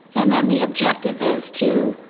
and then the objective is to